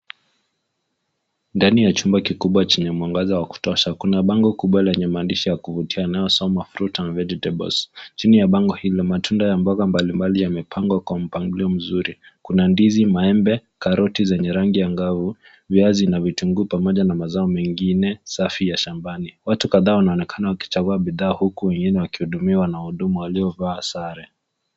Ndani ya chumba kikubwa chenye mwangaza wa kutosha kuna bango kubwa lenye maandishi ya kuvutia yanayosoma Fruit and Vegetables . Chini ya bango hilo matunda ya mboga mbalimbali yamepangwa kwa mpangilio mzuri. Kuna ndizi, maembe, karoti zenye rangi angavu, viazi na vitunguu pamoja na mazao mengine safi ya shambani. Watu kadhaa wanaonekana wakichagua bidhaa, huku wengine wakihudumiwa na wahudumu waliovaa sare.